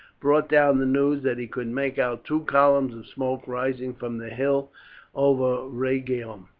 brought down the news that he could make out two columns of smoke rising from the hill over rhegium.